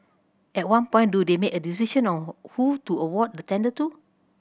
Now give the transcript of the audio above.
at one point do they make a decision on who to award the tender to